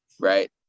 Right